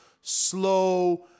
slow